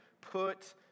Put